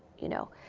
you know?